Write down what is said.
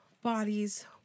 bodies